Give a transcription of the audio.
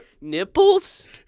Nipples